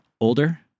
older